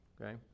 Okay